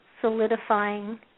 solidifying